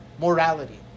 Morality